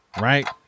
right